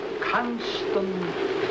constant